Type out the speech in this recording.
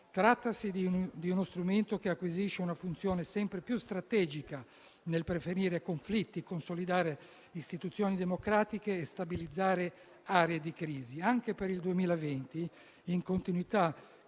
trattasi di uno strumento che acquisisce una funzione sempre più strategica nel preferire conflitti, consolidare istituzioni democratiche e stabilizzare aree di crisi. Anche per il 2020, in continuità